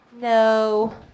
No